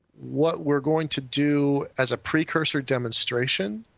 what we're going to do as a precursor demonstration,